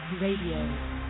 Radio